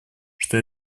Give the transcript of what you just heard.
что